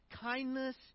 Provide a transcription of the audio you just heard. kindness